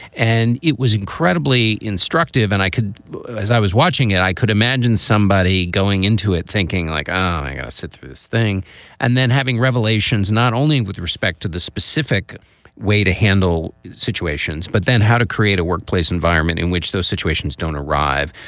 and it was incredibly instructive. and i could as i was watching it, i could imagine somebody going into it thinking like um i ah sit through this thing and then having revelations not only with respect to the specific way to handle situations, but then how to create a workplace environment in which those situations don't arrive.